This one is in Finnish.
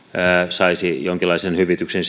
saisi sitten jonkinlaisen hyvityksen